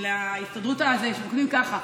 הם כותבים ככה,